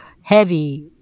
heavy